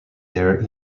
there